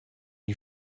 you